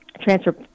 transfer